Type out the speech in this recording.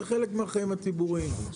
זה חלק מהחיים הציבוריים.